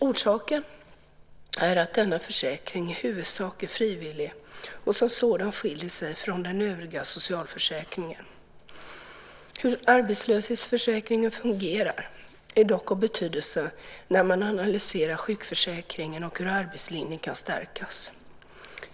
Orsaken är att denna försäkring i huvudsak är frivillig och som sådan skiljer sig från den övriga socialförsäkringen. Hur arbetslöshetsförsäkringen fungerar är dock av betydelse när man analyserar sjukförsäkringen och hur arbetslinjen kan stärkas.